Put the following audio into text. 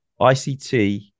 ICT